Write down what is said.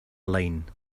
lein